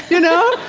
you know,